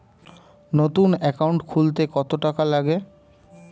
নতুন একাউন্ট খুলতে কত টাকা লাগে?